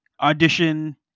audition